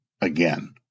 again